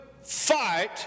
fight